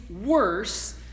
worse